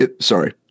sorry